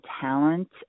talent